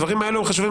הדברים האלה חשובים,